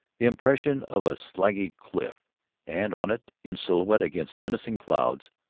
the impression of a slaggy cliff and on it, in silhouette against menacing clouds,